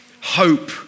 Hope